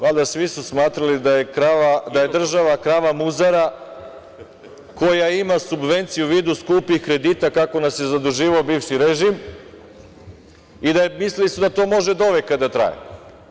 Valjda su svi smatrali da je država krava muzara koja ima subvencije u vidu skupih kredita, kako nas je zaduživao bivši režim, i mislili su da to može doveka da traje.